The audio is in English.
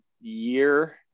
year